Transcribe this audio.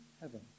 heaven